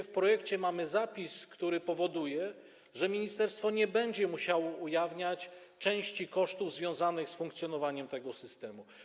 W projekcie mamy zapis, który powoduje, że ministerstwo nie będzie musiało ujawniać części kosztów związanych z funkcjonowaniem tego systemu.